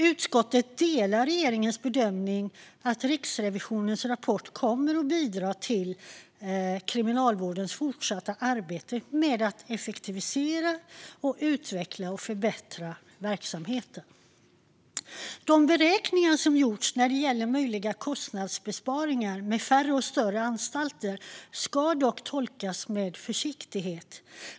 Utskottet delar regeringens bedömning att Riksrevisionens rapport kommer att bidra till Kriminalvårdens fortsatta arbete med att effektivisera, utveckla och förbättra verksamheten. De beräkningar som gjorts när det gäller möjliga kostnadsbesparingar med färre och större anstalter ska dock tolkas med försiktighet.